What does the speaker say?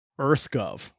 EarthGov